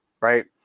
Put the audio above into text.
right